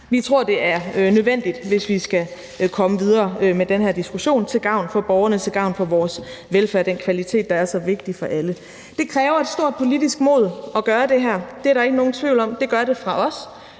Vi tror, det er nødvendigt, hvis vi skal komme videre med den her diskussion til gavn for borgerne, til gavn for vores velfærd og den kvalitet, der er så vigtig for alle. Kl. 12:00 Der er ikke nogen tvivl om, at det kræver